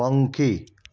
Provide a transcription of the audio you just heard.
પંખી